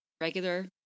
regular